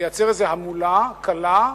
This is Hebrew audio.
לייצר איזו המולה קלה,